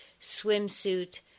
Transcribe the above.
swimsuit